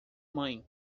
mãe